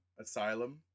Asylum